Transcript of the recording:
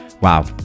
wow